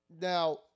Now